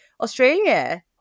australia